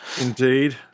indeed